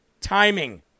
Timing